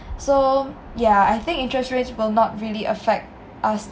so ya I think interest rates will not really affect us